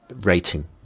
rating